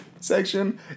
section